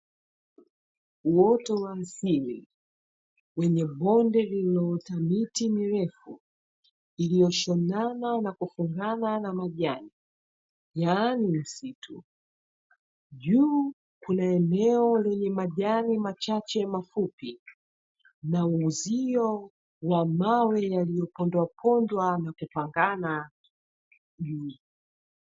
Uoto wa asili wenye bonde lililoota miti mirefu iliyoshonana na kufungana na majani yaani msitu. Juu kuna eneo lenye majani machache mafupi na uzio wa mawe yaliyopondwa pondwa na kupangana juu.